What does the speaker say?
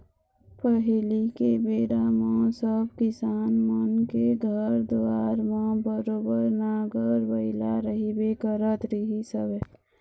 पहिली के बेरा म सब किसान मन के घर दुवार म बरोबर नांगर बइला रहिबे करत रहिस हवय